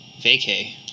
vacay